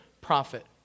prophet